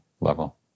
level